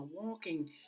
walking